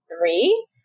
three